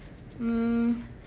mm